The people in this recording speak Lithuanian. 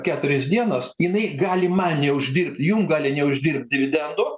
keturias dienas jinai gali man neuždirbt jum gali neuždirbt dividendų